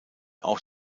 auch